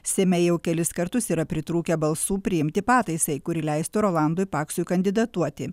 seime jau kelis kartus yra pritrūkę balsų priimti pataisai kuri leistų rolandui paksui kandidatuoti